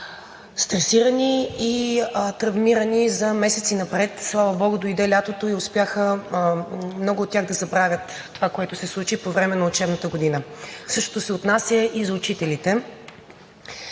Същото се отнася и за учителите,